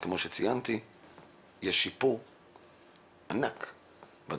יש שיפור ענק.